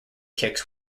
kicks